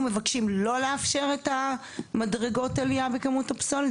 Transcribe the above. מבקשים לא לאפשר את המדרגות עלייה בכמות הפסולת,